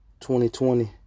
2020